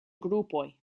grupoj